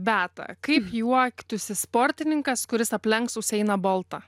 beata kaip juoktųsi sportininkas kuris aplenktų usainą boltą